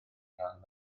rhan